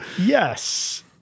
Yes